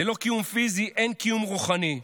ללא קיום פיזי אין קיום רוחני.